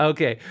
Okay